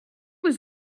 was